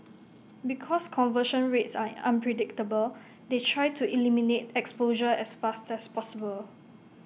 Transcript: because conversion rates are unpredictable they try to eliminate exposure as fast as possible